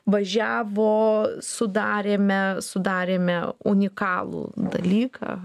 važiavo sudarėme sudarėme unikalų dalyką